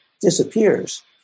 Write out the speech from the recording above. disappears